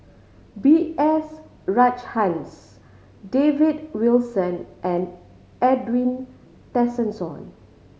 B S Rajhans David Wilson and Edwin Tessensohn